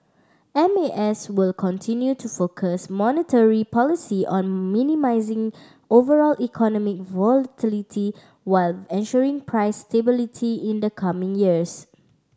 M A S will continue to focus monetary policy on minimising overall economic volatility while ensuring price stability in the coming years